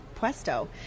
Puesto